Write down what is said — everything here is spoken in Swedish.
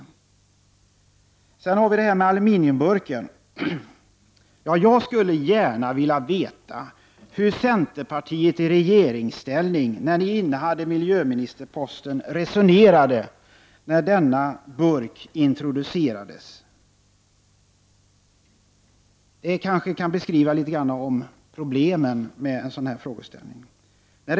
Sedan har vi det här med aluminiumburken. Jag skulle gärna vilja veta hur centerpartiet i regeringsställning, när ni innehade miljöministerposten, resonerade när denna burk introducerades. Här kunde kanske problemen med frågeställningen illustreras.